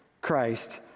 Christ